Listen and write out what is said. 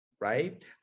right